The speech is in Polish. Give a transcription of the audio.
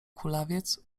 kulawiec